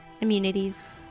Immunities